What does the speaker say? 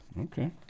okay